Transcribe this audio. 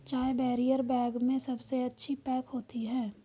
चाय barrier bag में सबसे अच्छी पैक होती है